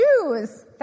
choose